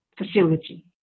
facility